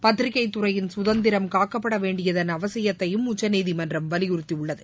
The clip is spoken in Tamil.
பத்திரிகைதுறையின் குதந்திரம் காக்கப்படவேண்டியதன் அவசியத்தையும் உச்சநீதிமன்றம் வலியுறுத்தியுள்ளது